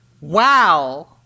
Wow